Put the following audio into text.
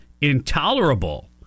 intolerable